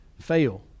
fail